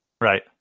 Right